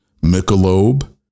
Michelob